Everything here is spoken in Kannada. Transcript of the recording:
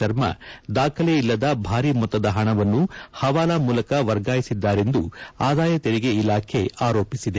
ಶರ್ಮಾ ದಾಖಲೆ ಇಲ್ಲದ ಭಾರೀ ಮೊತ್ತದ ಹಣವನ್ನು ಹವಾಲಾ ಮೂಲಕ ವರ್ಗಾಯಿಸಿದ್ದಾರೆಂದು ಆದಾಯ ತೆರಿಗೆ ಇಲಾಖೆ ಆರೋಪಿಸಿದೆ